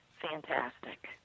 fantastic